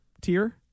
tier